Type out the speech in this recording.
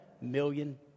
million